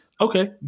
Okay